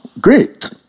great